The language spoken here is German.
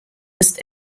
ist